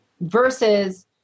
Versus